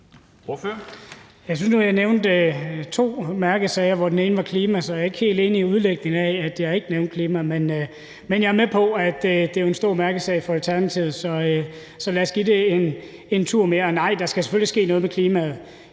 Jeg synes nu, at jeg nævnte to mærkesager, hvoraf den ene var klima, så jeg er ikke helt enig i udlægningen af, at jeg ikke nævnte klimaet. Men jeg er med på, at det er en stor mærkesag for Alternativet, så lad os give det en tur mere: Nej, der skal selvfølgelig ske noget med klimaet.